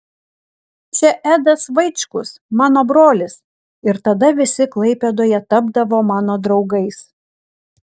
čia edas vaičkus mano brolis ir tada visi klaipėdoje tapdavo mano draugais